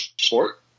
sport